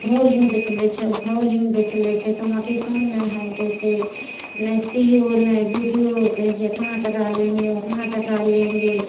ओकरो लग बेच लै छै ओकरो लग बेच लै छै तऽ मोटिशन नहि होइ लए दै छै नहि सी ओ ने बी डी ओ कहय छै एतना टाका लेंगे ओतना टाका लेंगे